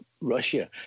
Russia